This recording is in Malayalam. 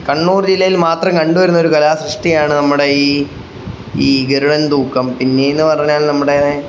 കണ്ണൂർ ജില്ലയിൽ മാത്രം കണ്ടു വരുന്ന ഒരു കലാ സൃഷ്ടിയാണ് നമ്മുടെ ഈ ഈ ഗരുഡൻ തൂക്കം പിന്നെയെന്നു പറഞ്ഞാൽ നമ്മുടെ